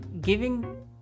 giving